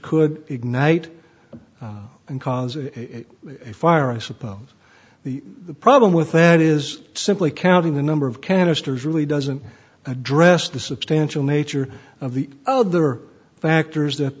could ignite and cause a fire i suppose the problem with that is simply counting the number of canisters really doesn't address the substantial nature of the other factors that